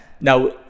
Now